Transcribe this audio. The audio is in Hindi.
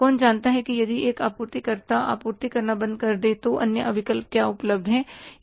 कौन जानता है कि यदि एक आपूर्ति कर्ता आपूर्ति करना बंद कर दे तो अन्य विकल्प क्या उपलब्ध हैं